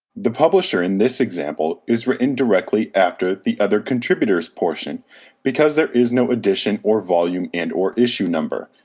the publisher in this example is written directly after the other contributors portion because there is no edition or volume and or issue number.